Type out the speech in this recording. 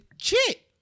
chick